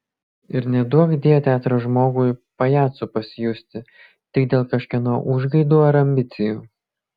ir neduokdie teatro žmogui pajacu pasijusti tik dėl kažkieno užgaidų ar ambicijų